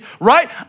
right